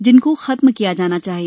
जिनकों खत्म किया जाना चाहिए